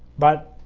but